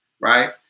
Right